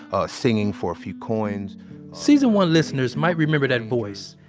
ah, singing for a few coins season one listeners might remember that voice.